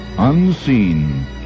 unseen